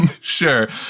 Sure